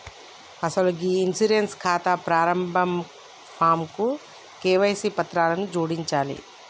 అసలు ఈ ఇన్సూరెన్స్ ఖాతా ప్రారంభ ఫాంకు కేవైసీ పత్రాలను జోడించాలి